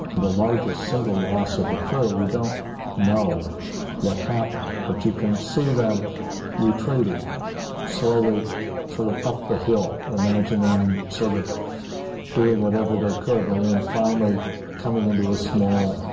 the largest single loss of the crew we don't know what happened but you can see them retreating slowly sort of up the hill imagine them sort of doing whatever they could and then finally coming into a small?